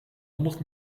honderd